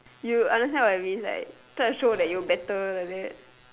you understand what it means right